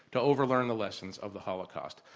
to overlearn the lessons of the holocaust.